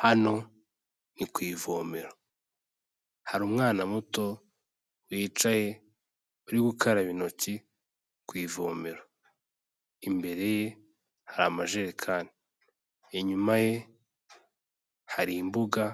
Hano ni ku ivomero. Hari umwana muto, wicaye, uri gukaraba intoki ku ivomero. Imbere ye, hari amajerekani. Inyuma ye, hari imbuga